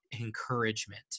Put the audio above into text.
encouragement